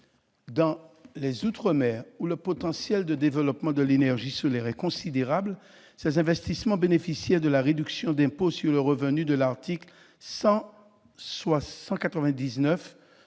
Dans les outre-mer, où le potentiel de développement de l'énergie solaire est considérable, ces investissements bénéficiaient de la réduction d'impôt sur le revenu prévue à l'article 199